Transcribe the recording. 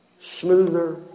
smoother